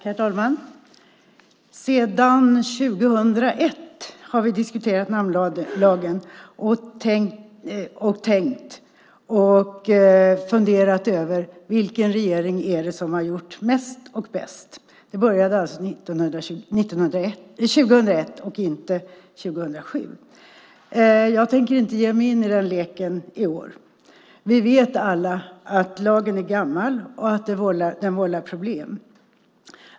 Herr talman! Sedan 2001 har vi diskuterat namnlagen och funderat över vilken regering som har gjort mest och bäst. Det började alltså 2001 och inte 2007. Jag tänker inte ge mig in i den leken i år. Vi vet alla att lagen är gammal och att den vållar problem.